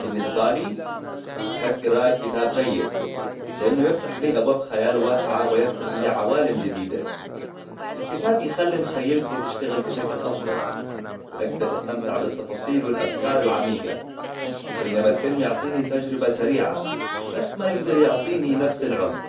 بالنسبالي، أحب قراية كتاب جيد. لأنه يفتح لي أبواب خيال واسعة ويفتح لي عوالم جديدة. الكتاب يخلي مخيلتي تشتغل بشكل أفضل، وأقدر أستمتع بالتفاصيل والأفكار العميقة. بينما الفيلم يعطيني تجربة سريعة، بس ما يقدر يعطيني نفس العمق